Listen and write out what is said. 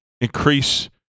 increase